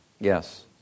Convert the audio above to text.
Yes